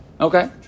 Okay